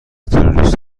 تروریست